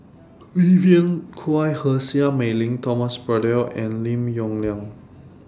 Vivien Quahe Seah Mei Lin Thomas Braddell and Lim Yong Liang